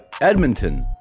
Edmonton